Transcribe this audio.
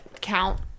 Count